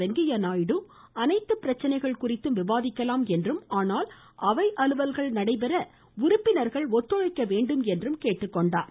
வெங்கய்ய நாயுடு அனைத்து பிரச்சினைகள் குறித்தும் விவாதிக்கலாம் என்றும் ஆனால் அவை அலுவல்கள் நடைபெற உறுப்பினர்கள் ஒத்துழைக்க வேண்டும் என்றும் கேட்டுக்கொண்டார்